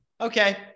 Okay